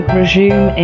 resume